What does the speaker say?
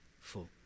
full